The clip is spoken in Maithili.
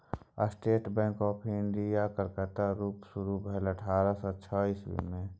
state Bank of India, bank of Calcutta रुपे शुरु भेलै अठारह सय छअ इस्बी मे